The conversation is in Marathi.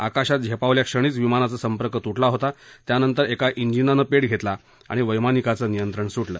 आकाशात झेपावल्याक्षणीच विमानाचा संपर्क तुटला होता त्यानंतर एका जिनानं पेट घेतला आणि वैमानिकाचं नियंत्रण सुटलं